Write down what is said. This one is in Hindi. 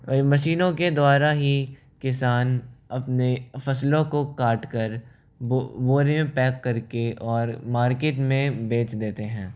वह मशीनों के द्वारा ही किसान अपने फ़सलों को काट कर बोरे में पैक करके और मार्केट में बेच देते हैं